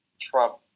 Trump